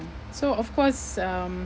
so of course um